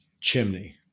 chimney